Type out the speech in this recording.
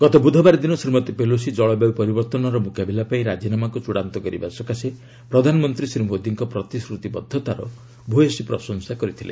ଗତ ବୁଧବାର ଦିନ ଶ୍ରୀମତୀ ପେଲୋସି ଜଳବାୟୁ ପରିବର୍ତ୍ତନର ମୁକାବିଲା ପାଇଁ ରାଜିନାମାକୁ ଚୂଡ଼ାନ୍ତ କରିବା ସକାଶେ ପ୍ରଧାନମନ୍ତ୍ରୀ ଶ୍ରୀ ମୋଦିଙ୍କ ପ୍ରତିଶ୍ରତିବଦ୍ଧତାର ଭୂୟସୀ ପ୍ରଶଂସା କରିଥିଲେ